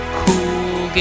cool